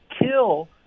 kill